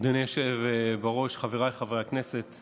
אדוני היושב בראש, חבריי חברי הכנסת,